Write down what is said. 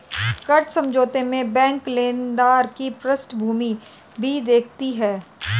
कर्ज समझौता में बैंक लेनदार की पृष्ठभूमि भी देखती है